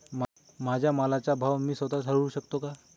माझ्या मालाचा भाव मी स्वत: ठरवू शकते का?